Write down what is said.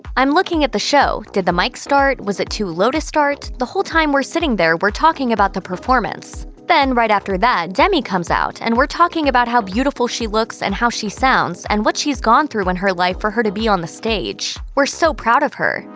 i'm looking at the show. did the mic start? was it too low to start the whole time we're sitting there, we're talking about the performance. then right after that, demi comes out, and we're talking about how beautiful she looks and how she sounds and what she's gone through in her life for her to be on the stage. we're so proud of her.